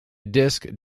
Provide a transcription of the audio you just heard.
disc